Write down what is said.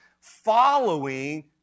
following